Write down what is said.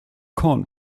korn